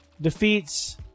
defeats